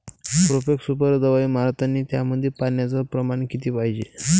Profex super दवाई मारतानी त्यामंदी पान्याचं प्रमाण किती पायजे?